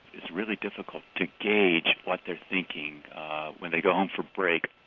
it's really difficult to gauge what they're thinking when they go home for break.